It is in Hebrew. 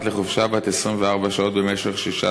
לחופשה בת 24 שעות במשך 16 חודשים,